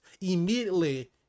immediately